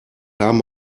haben